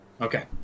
Okay